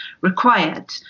required